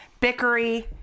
Bickery